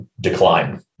decline